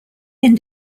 end